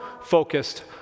focused